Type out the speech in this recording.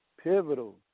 pivotal